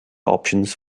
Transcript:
options